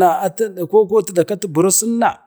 na atu dakoko tikci na dakati birsim na.